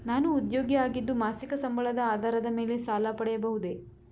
ನಾನು ಉದ್ಯೋಗಿ ಆಗಿದ್ದು ಮಾಸಿಕ ಸಂಬಳದ ಆಧಾರದ ಮೇಲೆ ಸಾಲ ಪಡೆಯಬಹುದೇ?